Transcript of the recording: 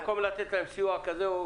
במקום לתת להם סיוע כזה או